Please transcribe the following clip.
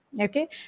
Okay